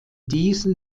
diesen